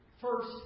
first